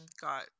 got